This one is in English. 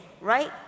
right